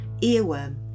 earworm